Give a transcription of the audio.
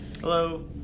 Hello